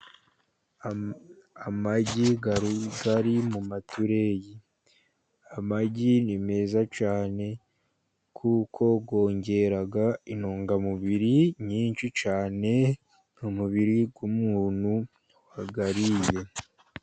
Amagi ari mu matureyi ,amagi ni meza cyane kuko yongera intungamubiri nyinshi cyane, mu mubiri w'umuntu wayariye.